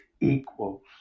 equals